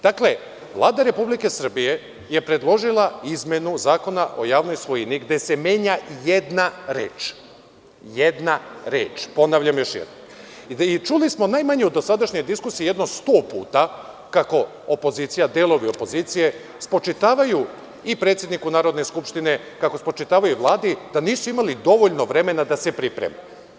Dakle, Vlada Republike Srbije je predložila izmenu Zakona o javnoj svojini gde se menja jedna reč, još jednom ponavljam - jedna reč; i čuli smo najmanje u dosadašnjoj diskusiji jedno 100 puta kako opozicija, delovi opozicije spočitavaju i predsedniku Narodne skupštine kako spočitavaju Vladi da nisu imali dovoljno vremena da se pripreme.